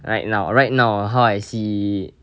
right now right now uh how I see